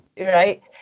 Right